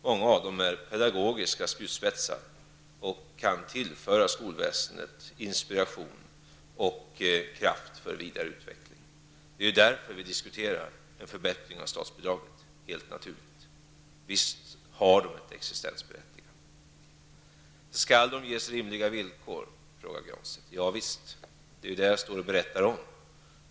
Många av dem utgör pedagogiska spjutspetsar och kan tillföra skolväsendet inspiration och kraft för vidareutveckling. Därför diskuterar vi en förbättring av statsbidraget. De har ett existensberättigande. Pär Granstedt frågade vidare om dessa skolor skall ges rimliga villkor. Ja visst, det är ju detta jag berättar om.